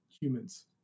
humans